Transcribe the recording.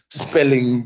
spelling